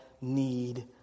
need